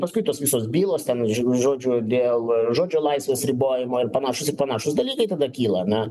paskui tos visos bylos ten žodžiu dėl žodžio laisvės ribojimo ir panašūs ir panašūs dalykai tada kyla na